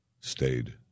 stayed